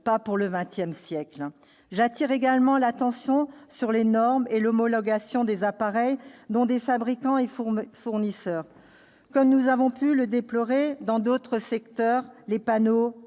pas pour le XX siècle ! En second lieu, j'attire l'attention sur les normes et l'homologation des appareils, donc des fabricants et fournisseurs. Comme nous avons pu le déplorer dans d'autres secteurs, les panneaux